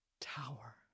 tower